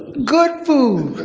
good food,